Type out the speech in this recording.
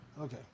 okay